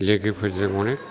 लोगोफोरजों अनेक